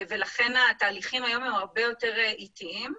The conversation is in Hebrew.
לכן התהליכים היום הרבה יותר איטיים.